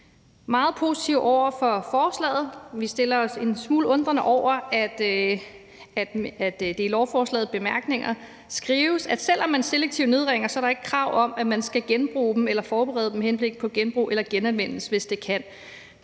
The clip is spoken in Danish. meget positive over for forslaget. Vi stiller os en smule undrende over for, at der i lovforslagets bemærkninger skrives, at selv om man selektivt nedriver, er der ikke krav om, at man skal genbruge materialerne eller forberede med henblik på genbrug eller genanvendelse, hvis de kan